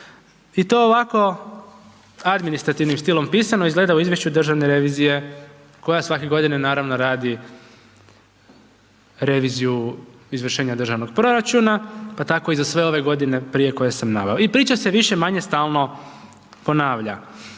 i to ovako administrativnim stilom pisano, izgleda u izvješću državne revizije koja svake godine, naravno radi reviziju izvršenja državnog proračuna, pa tako i za sve ove godine prije koje sam naveo. I priča se više-manje stalno ponavlja.